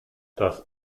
das